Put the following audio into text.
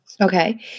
Okay